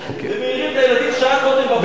מעירים את הילדים שעה קודם בבוקר,